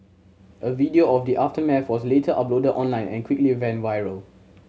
a video of the aftermath was later uploaded online and quickly went viral